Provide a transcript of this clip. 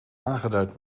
aangeduid